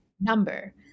number